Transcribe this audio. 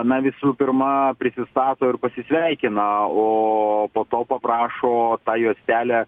na visų pirma prisistato ir pasisveikina o po to paprašo tą juostelę